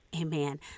amen